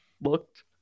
looked